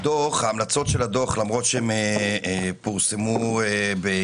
ההמלצות של הדוח, למרות שהן פורסמו ביוני